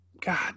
God